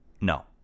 no